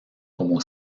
como